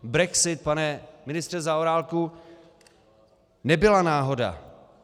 Brexit, pane ministře Zaorálku, nebyla náhoda.